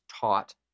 taught